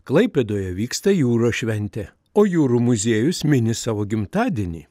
klaipėdoje vyksta jūros šventė o jūrų muziejus mini savo gimtadienį